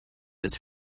his